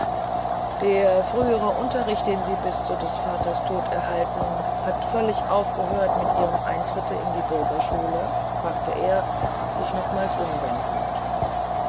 der frühere unterricht den sie bis zu des vaters tode erhalten hat völlig aufgehört mit ihrem eintritte in die bürgerschule fragte er sich nochmals umwendend